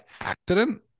accident